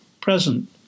present